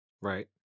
Right